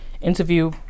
interview